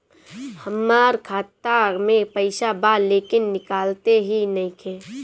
हमार खाता मे पईसा बा लेकिन निकालते ही नईखे?